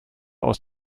aus